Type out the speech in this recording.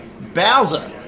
Bowser